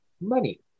money